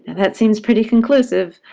that seems pretty conclusive,